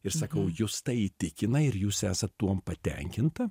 ir sakau jus tai įtikina ir jūs esat tuom patenkinta